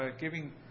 giving